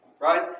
Right